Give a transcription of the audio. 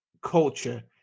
culture